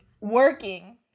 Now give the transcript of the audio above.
Working